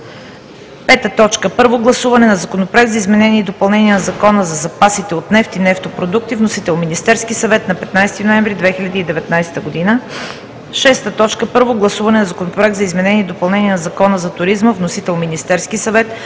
2019 г. 5. Първо гласуване на Законопроекта за изменение и допълнение на Закона за запасите от нефт и нефтопродукти. Вносител – Министерският съвет на 15 ноември 2019 г. 6. Първо гласуване на Законопроекта за изменение и допълнение на Закона за туризма. Вносител – Министерският съвет